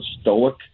stoic